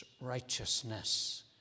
righteousness